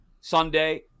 Sunday